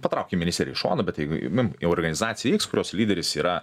patraukim ministeriją į šoną bet jeigu nu jau organizacija x kurios lyderis yra